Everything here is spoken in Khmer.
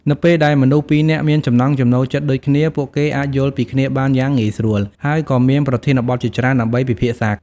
នៅពេលដែលមនុស្សពីរនាក់មានចំណង់ចំណូលចិត្តដូចគ្នា ពួកគេអាចយល់ពីគ្នាបានយ៉ាងងាយស្រួល ហើយក៏មានប្រធានបទជាច្រើនដើម្បីពិភាក្សា។